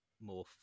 more